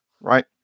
right